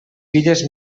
filles